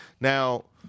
Now